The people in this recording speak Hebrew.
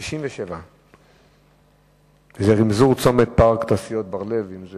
הנושא הוא: רימזור צומת פארק תעשיות בר-לב.